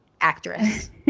actress